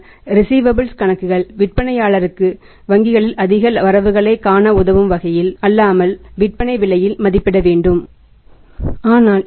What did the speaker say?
receivables கணக்குகளை செலவு விலையில் அல்லாமல் விற்பனை விலையில் மதிப்பீடுகளை வங்கி ஏற்றுக்கொள்ள வேண்டும்